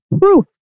proof